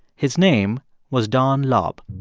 his name was don laub